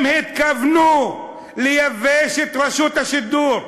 הם התכוונו לייבש את רשות השידור.